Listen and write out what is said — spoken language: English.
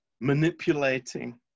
Manipulating